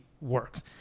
works